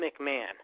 McMahon